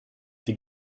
die